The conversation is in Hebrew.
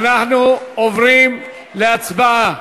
אנחנו עוברים להצבעה.